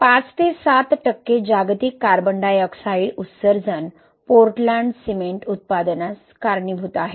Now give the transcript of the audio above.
5 ते 7 टक्के जागतिक कार्बन डायऑक्साइड उत्सर्जन पोर्टलँड सिमेंट उत्पादनास कारणीभूत आहे